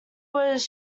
was